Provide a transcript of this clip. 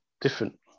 different